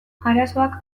arazoak